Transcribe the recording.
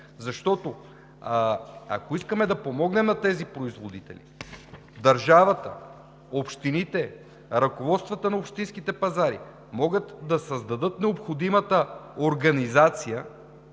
защото, ако искаме да помогнем на тези производители – държавата, общините, ръководствата на общинските пазари, могат да създадат необходимата организация,